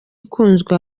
ikunzwe